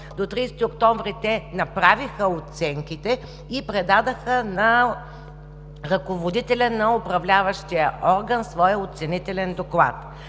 до 30 октомври направиха оценките и предадоха на ръководителя на Управляващия орган своя оценителен доклад.